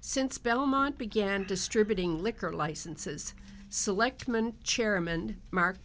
since belmont began distributing liquor licenses selectman chairman mark